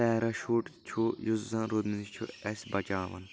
parachute چھُ یُس زن روٗدٕ نِش چھُ بچاوان